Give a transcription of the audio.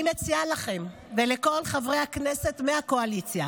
אני מציעה לכם ולכל חברי הכנסת מהקואליציה